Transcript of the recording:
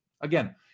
Again